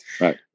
Right